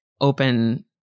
open